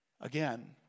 Again